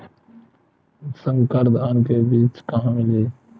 संकर धान के बीज कहां मिलही?